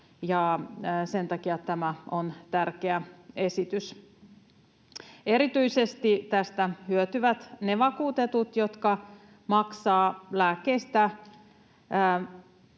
Sen takia tämä on tärkeä esitys. Erityisesti tästä hyötyvät ne vakuutetut, jotka maksavat lääkkeistä